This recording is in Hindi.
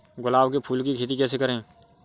गुलाब के फूल की खेती कैसे करें?